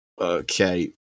Okay